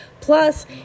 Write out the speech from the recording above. Plus